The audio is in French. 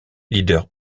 leader